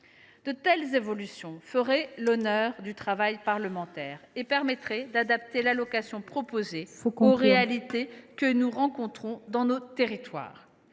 De telles évolutions feraient honneur au travail parlementaire et permettraient d’adapter l’allocation proposée aux réalités que nous rencontrons dans nos territoires.